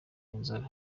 inzobe